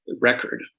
record